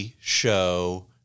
show